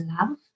love